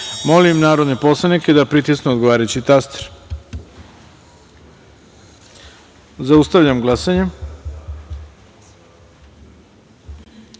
narodne poslanike da pritisnu odgovarajući taster. Zaustavljam glasanje: